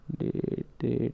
date